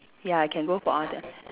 ya I can go for other